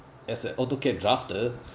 as a autocad drafter